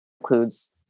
includes